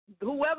whoever